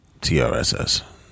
TRSS